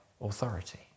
authority